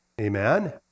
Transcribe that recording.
Amen